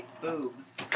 boobs